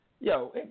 Yo